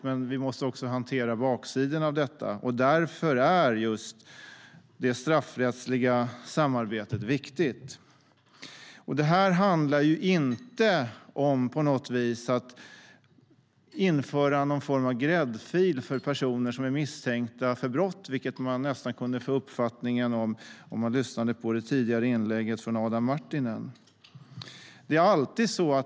Men vi måste också hantera baksidorna av det. Just därför är det straffrättsliga samarbetet viktigt. Det här handlar inte om att på något vis införa en gräddfil för personer som är misstänkta för brott. Man kunde nästan få den uppfattningen av Adam Marttinens inlägg.